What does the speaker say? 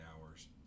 hours